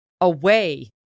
away